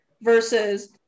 versus